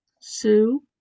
Sue